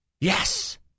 Yes